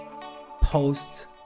posts